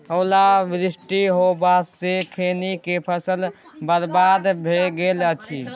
ओला वृष्टी होबा स खैनी के फसल बर्बाद भ गेल अछि?